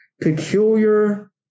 peculiar